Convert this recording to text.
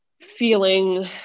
feeling